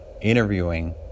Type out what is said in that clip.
interviewing